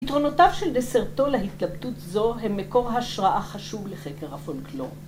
‫יתרונותיו של דסרטו להתלבטות זו ‫הם מקור השראה חשוב לחקר הפולקלור.